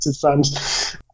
fans